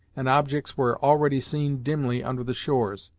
and objects were already seen dimly under the shores.